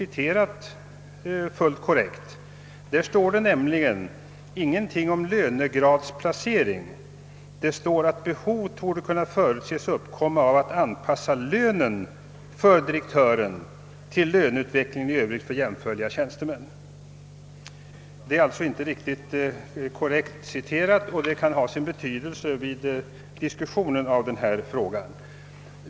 Där står nämligen ingenting om »lönegradsplacering». Det står där att behov torde kunna förutses uppkomma av att anpassa lönen för direktören till löneutvecklingen i övrigt för jämförliga tjänstemän. Framställningen är alltså inte riktigt korrekt citerad, vilket kan ha sin betydelse vid diskussionen i denna fråga.